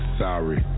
sorry